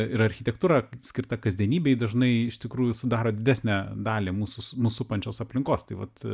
ir architektūra skirta kasdienybei dažnai iš tikrųjų sudaro didesnę dalį mūsų mus supančios aplinkos tai vat